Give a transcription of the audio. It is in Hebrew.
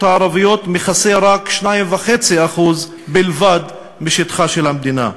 הערביות מכסה 2.5% בלבד משטחה של המדינה.